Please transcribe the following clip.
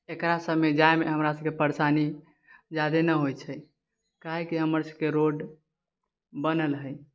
एकरा सभमे जाइमे हमरा सभके परेशानी जादे नहि होइ छै काहेकी हमर सभक रोड बनल हैय